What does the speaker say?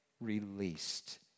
released